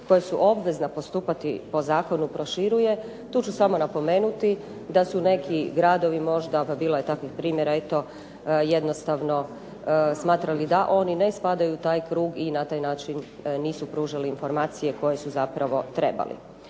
koje su obvezne postupati po zakonu proširuje. Tu ću samo napomenuti da su neki gradovi možda bilo je takvih primjera eto jednostavno smatrali da oni ne spadaju u taj krug i na taj način nisu pružili informacije koje su zapravo trebali.